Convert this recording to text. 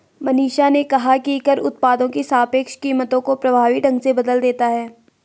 मनीषा ने कहा कि कर उत्पादों की सापेक्ष कीमतों को प्रभावी ढंग से बदल देता है